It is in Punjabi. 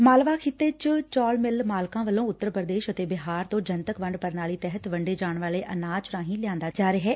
ਮਾਲਵਾ ਖਿੱਤੇ ਵਿਚ ਚੌਲ ਮਿੱਲ ਮਾਲਕਾਂ ਵੱਲੋਂ ਉਤਰ ਪ੍ਰਦੇਸ਼ ਅਤੇ ਬਿਹਾਰ ਤੋਂ ਜਨਤਕ ਵੰਡ ਪ੍ਰਣਾਲੀ ਤਹਿਤ ਵੰਡੇ ਜਾਣ ਵਾਲੇ ਅਨਾਜ ਰਾਹੀਂ ਲਿਆਂਦਾ ਜਾ ਰਿਹੈ